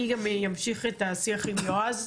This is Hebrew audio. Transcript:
אני גם אמשיך את השיח עם יועז.